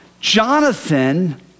Jonathan